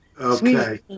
Okay